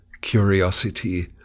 curiosity